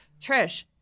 Trish